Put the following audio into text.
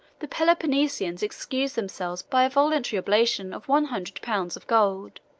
the peloponnesians excused themselves by a voluntary oblation of one hundred pounds of gold,